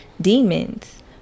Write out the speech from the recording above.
demons